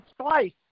twice